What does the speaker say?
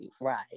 right